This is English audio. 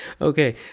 Okay